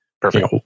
Perfect